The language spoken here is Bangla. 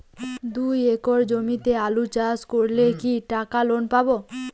দুই একর জমিতে আলু চাষ করলে কি টাকা লোন পাবো?